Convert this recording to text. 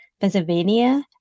Pennsylvania